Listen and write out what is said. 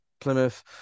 Plymouth